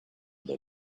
that